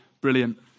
brilliant